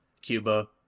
cuba